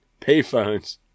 payphones